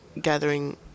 gathering